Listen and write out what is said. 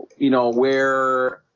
you know, where?